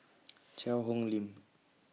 Cheang Hong Lim